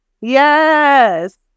Yes